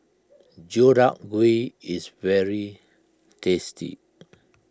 Deodeok Gui is very tasty